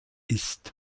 ist